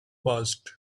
passed